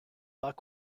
bas